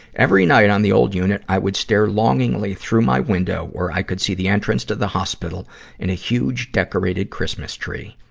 every night on the old unit, i would stare longingly through my window, where i could see the entrance to the hospital and a huge decorated christmas tree.